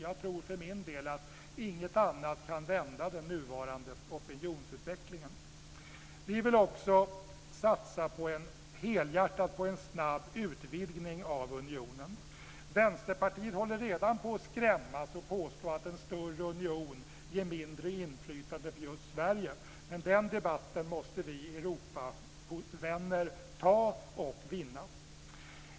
Jag tror för min del att inget annat kan vända den nuvarande opinionsutvecklingen. Vi vill också helhjärtat satsa på en snabb utvidgning av unionen. Vänsterpartiet håller redan på att skrämmas och påstå att en större union ger mindre inflytande för just Sverige. Den debatten måste vi Europavänner ta och vinna.